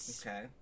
Okay